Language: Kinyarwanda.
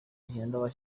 bihenda